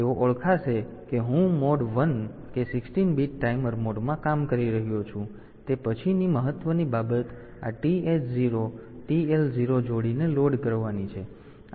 તેથી તેઓ ઓળખશે કે હું મોડ 1 કે 16 બીટ ટાઈમર મોડમાં કામ કરી રહ્યો છું તે પછીની મહત્વની બાબત આ TH0 TL0 જોડીને લોડ કરવાની છે